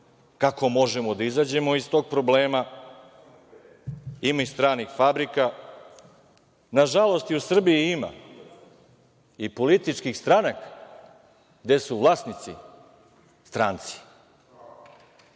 kako možemo da izađemo iz tog problema. Ima i stranih fabrika. Nažalost, u Srbiji ima i političkih stranaka gde su vlasnici stranci,